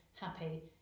happy